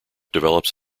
develops